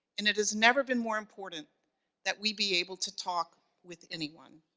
and it has never been more important that we be able to talk with anyone.